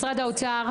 משרד האוצר.